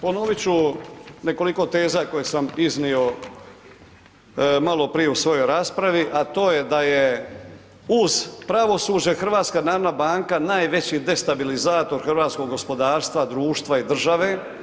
Ponovit ću nekoliko teza koje sam iznio maloprije u svojoj raspravi, a to je da je uz pravosuđe HNB najveći destabilizator hrvatskog gospodarstva, društva i države.